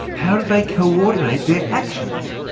how do they coordinate their actions?